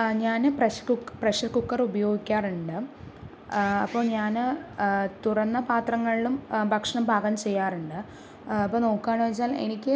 ആ ഞാൻ പ്രെഷ് കുക്ക് പ്രെഷർ കുക്കർ ഉപയോഗിക്കാറുണ്ട് അപ്പോൾ ഞാൻ തുറന്ന പാത്രങ്ങളിലും ഭക്ഷണം പാകം ചെയ്യാറുണ്ട് അപ്പോൾ നോക്കുകയാണ് വെച്ചാൽ എനിക്ക്